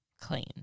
clean